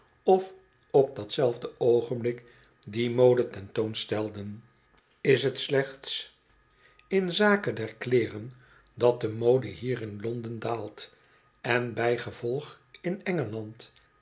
of op datzelfde oogenblik die mode ten toon stelden is t slechts in zake der kleeren dat de mode hier in londen daalt en bijgevolg in engeland